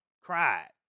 Cried